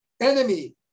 enemy